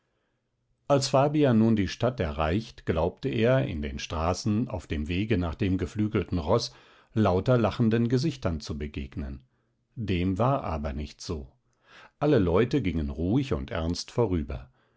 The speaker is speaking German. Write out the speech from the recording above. als fabian nun die stadt erreicht glaubte er in den straßen auf dem wege nach dem geflügelten roß lauter lachenden gesichtern zu begegnen dem war aber nicht so alle leute gingen ruhig und ernst vorüber